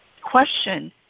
question